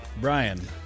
Brian